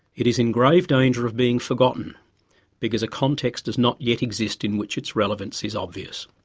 it is in grave danger of being forgotten because a context does not yet exist in which its relevance is obvious.